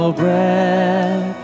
breath